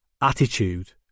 attitude